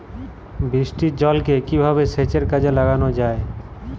বৃষ্টির জলকে কিভাবে সেচের কাজে লাগানো যায়?